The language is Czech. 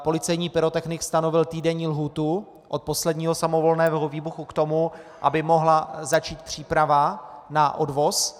Policejní pyrotechnik stanovil týdenní lhůtu od posledního samovolného výbuchu k tomu, aby mohla začít příprava na odvoz.